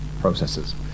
processes